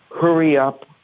hurry-up